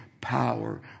power